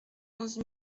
onze